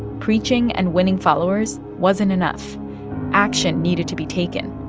preaching and winning followers wasn't enough action needed to be taken.